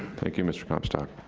thank you, mr. comstock.